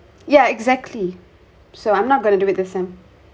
yeah exactly so I'm not going to do it the same